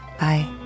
Bye